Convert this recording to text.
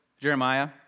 Jeremiah